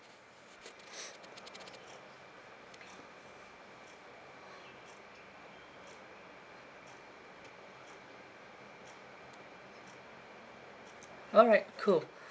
alright cool